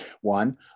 One